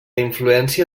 influència